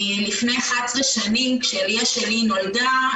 לפני 11 שנים כשליה שלי נולדה,